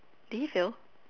did he fail